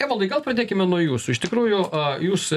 evaldai gal pradėkime nuo jūsų iš tikrųjų jūs